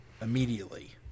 immediately